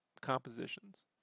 compositions